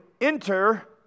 enter